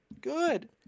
Good